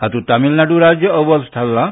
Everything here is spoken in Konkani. हातूंत तामिळनाडू राज्य अव्वल थारलां